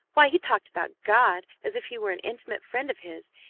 why, he talked about god as if he were an intimate friend of his,